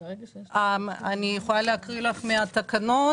זה קבוע, אני יכולה להקריא לך מהתקנות.